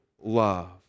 love